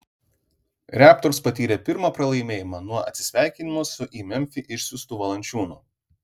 raptors patyrė pirmą pralaimėjimą nuo atsisveikinimo su į memfį išsiųstu valančiūnu